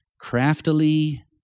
craftily